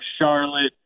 Charlotte